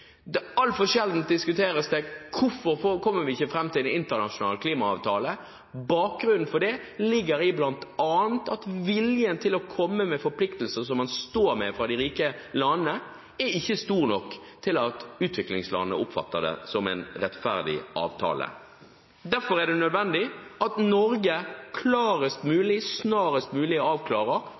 Altfor sjelden diskuteres det hvorfor vi ikke kommer fram til en internasjonal klimaavtale. Bakgrunnen for det ligger i bl.a. at viljen fra de rike landene til å ta på seg forpliktelser som man står ved, ikke er stor nok til at utviklingslandene oppfatter det som en rettferdig avtale. Derfor er det nødvendig at Norge klarest mulig, snarest mulig,